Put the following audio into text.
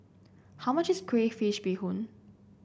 how much is Crayfish Beehoon